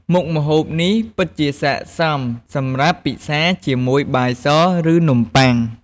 មុខម្ហូបនេះពិតជាស័ក្តិសមសម្រាប់ពិសាជាមួយបាយស ឬនំប៉័ង។